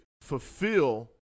fulfill